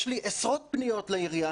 יש לי עשרות פניות לעירייה,